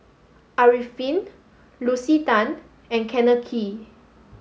Arifin Lucy Tan and Kenneth Kee